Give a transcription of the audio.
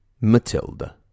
Matilda